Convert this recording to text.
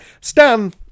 Stan